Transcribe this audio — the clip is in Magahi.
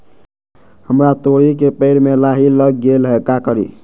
हमरा तोरी के पेड़ में लाही लग गेल है का करी?